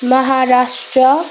Maharashtra